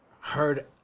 heard